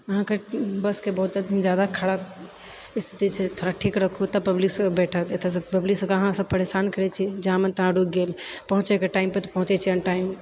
अहाँकेँ बसके बहुत जादा खराब स्थिति छै ठीक थोड़ा रखु तब पब्लिक सब बैठत एतएसँ पब्लिक सबकेँ अहाँ सब परेशान करैत छियै जहाँ मन तहाँ रुकी गेल पहुँचै के टाइम पे तऽ पहुँचै छै अनटाइम